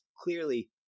clearly